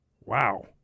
Wow